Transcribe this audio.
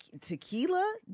Tequila